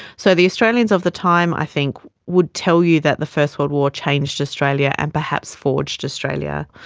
so the australians of the time i think would tell you that the first world war changed australia and perhaps forged australia.